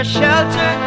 shelter